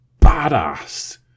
badass